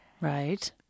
right